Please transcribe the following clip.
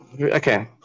Okay